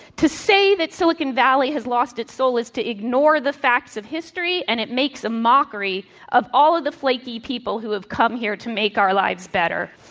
to say that silicon valley has lost its soul is to ignore the facts of history, and it makes a mockery of all of the flaky people who have come here to make our lives better.